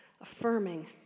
affirming